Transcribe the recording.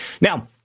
Now